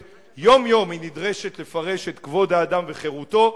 שיום-יום היא נדרשת לפרש את כבוד האדם וחירותו,